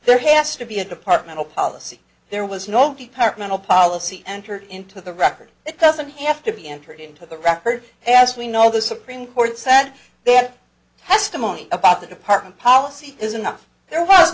there has to be a departmental policy there was no department a policy entered into the record that doesn't have to be entered into the record as we know the supreme court said that testimony about the department policy is enough there was